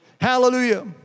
Hallelujah